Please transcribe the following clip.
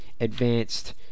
advanced